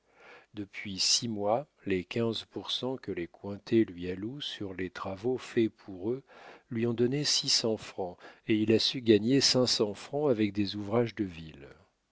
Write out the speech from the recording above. depuis six mois les quinze pour cent que les cointet lui allouent sur les travaux faits pour eux lui ont donné six cents francs et il a su gagner cinq cents francs avec des ouvrages de ville